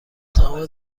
تمام